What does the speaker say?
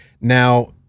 Now